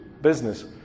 business